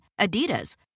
Adidas